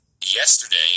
yesterday